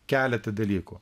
keletą dalykų